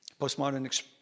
Postmodern